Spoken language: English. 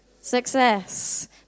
success